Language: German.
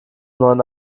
neuen